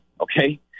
Okay